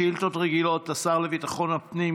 שאילתות רגילות לשר לביטחון הפנים,